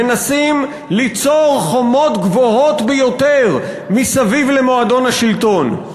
מנסים ליצור חומות גבוהות ביותר מסביב למועדון השלטון.